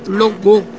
logo